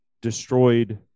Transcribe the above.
destroyed